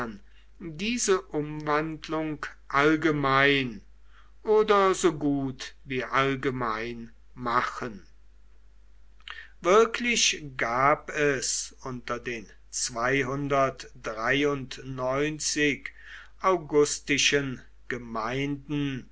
diese umwandlung allgemein oder so gut wie allgemein machen wirklich gab es unter den august gemeinden